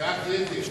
זיעת יתר.